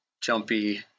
jumpy